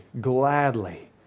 gladly